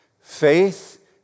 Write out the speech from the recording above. Faith